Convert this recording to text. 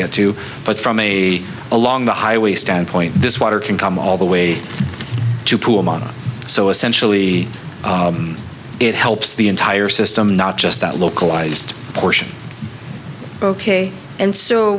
get to but from a along the highway standpoint this water can come all the way to pool so essentially it helps the entire system not just that localized portion ok and so